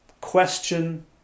question